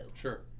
sure